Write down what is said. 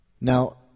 Now